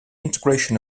integration